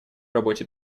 работе